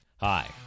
Hi